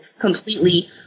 completely